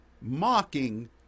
mocking